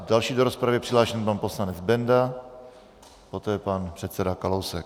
Další do rozpravy je přihlášen pan poslanec Benda, poté pan předseda Kalousek.